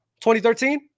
2013